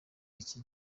iki